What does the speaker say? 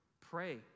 pray